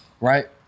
right